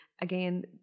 Again